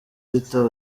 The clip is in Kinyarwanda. peter